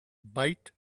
bite